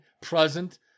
present